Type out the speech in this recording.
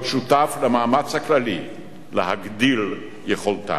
להיות שותף למאמץ הכללי להגדיל יכולתה.